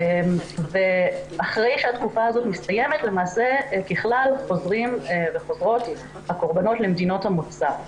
אחרי שהתקופה הזאת מסתיימת ככלל חוזרים הקורבנות למדינות המוצא.